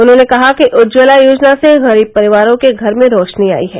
उन्होने कहा कि उज्ज्वला योजना से गरीब परिवारों के घर में रोशनी आयी है